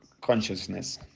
consciousness